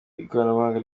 ikoranabuhanga